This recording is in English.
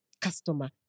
customer